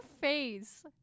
face